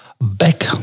back